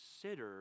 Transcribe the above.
consider